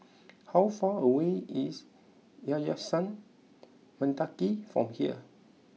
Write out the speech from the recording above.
how far away is Yayasan Mendaki from here